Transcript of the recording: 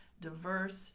diverse